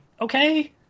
okay